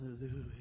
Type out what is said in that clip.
hallelujah